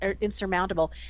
insurmountable